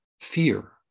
fear